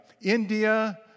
India